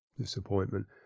disappointment